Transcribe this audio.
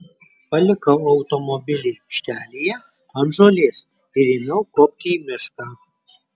palikau automobilį aikštelėje ant žolės ir ėmiau kopti į mišką